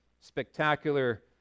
Spectacular